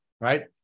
right